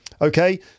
Okay